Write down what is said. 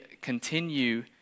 continue